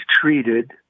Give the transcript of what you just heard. treated